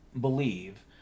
believe